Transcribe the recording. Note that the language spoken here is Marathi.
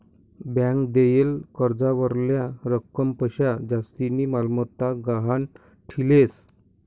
ब्यांक देयेल कर्जावरल्या रकमपक्शा जास्तीनी मालमत्ता गहाण ठीलेस